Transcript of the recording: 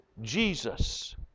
Jesus